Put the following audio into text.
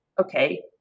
okay